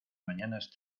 mañanas